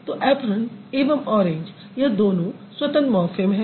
तो ऐप्रन एवं ऑरेंज यह दोनों स्वतंत्र मॉर्फ़िम हैं